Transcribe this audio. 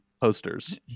Posters